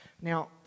Now